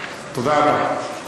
תודה רבה.